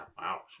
Wow